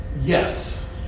Yes